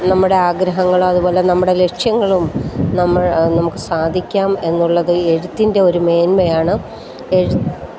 നമ്മുടെ ആഗ്രഹങ്ങൾ അതുപോലെ നമ്മുടെ ലക്ഷ്യങ്ങളും നമ്മൾ നമുക്ക് സാധിക്കാം എന്നുള്ളതിൽ എഴുത്തിൻ്റെ ഒരു മേന്മയാണ് എഴുതി